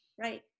right